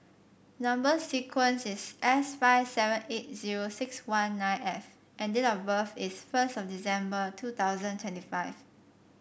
number sequence is S five seven eight zero six one nine F and date of birth is first of December two thousand twenty five